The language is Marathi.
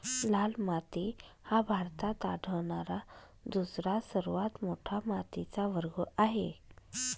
लाल माती हा भारतात आढळणारा दुसरा सर्वात मोठा मातीचा वर्ग आहे